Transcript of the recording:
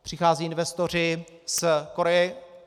Přichází investoři z Koreje.